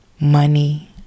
money